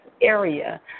area